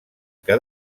que